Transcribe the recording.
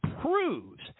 Proves